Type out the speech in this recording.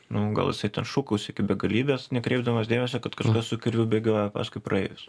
nu gal jisai ten šūkaus iki begalybės nekreipdamas dėmesio kad kažkas su kirviu bėgioja paskui praeivius